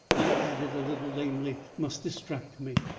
i added a little lamely, must distract me.